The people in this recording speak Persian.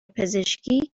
پزشکی